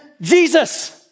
Jesus